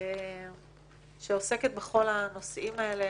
שעוסקת בכל הנושאים האלה,